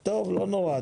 טוב, לא נורא.